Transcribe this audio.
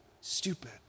stupid